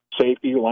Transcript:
safety